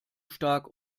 stark